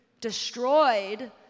destroyed